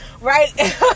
right